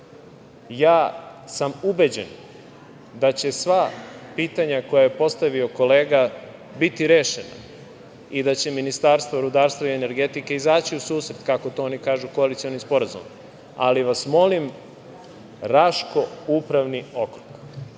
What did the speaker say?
sam ubeđen da će sva pitanja koje je postavio kolega biti rešena i da će Ministarstvo rudarstva i energetike izaći u susret, kako to oni kažu, koalicionim sporazumom, ali vas molim Raško upravni okrug.